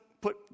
put